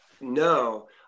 No